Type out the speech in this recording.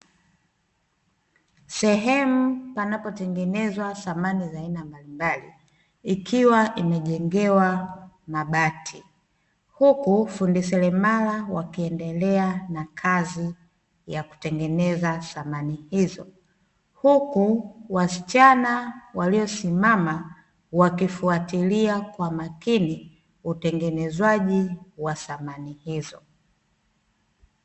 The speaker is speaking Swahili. Sehemu panapo tengenezwa samani za aina mbalimbali, ikiwa imejengewa mabati, huku fundi seremala wakiendelea na kazi ya kutengeneza samani hizo, huku wasichana waliosimama wakifuatilia kwa makini utengenezwaji wa samani hizo.